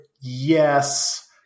Yes